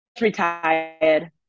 retired